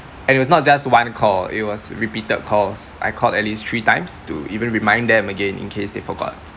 and it was not just want one call it was repeated calls I called at least three times to even remind them again in case they forgot